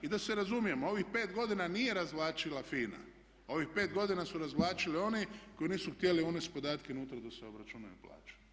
I da se razumijemo, ovih 5 godina nije razvlačila FINA, ovih 5 godina su razvlačili oni koji nisu htjeli unesti podatke unutar da se obračunaju plaće.